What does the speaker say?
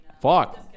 Fuck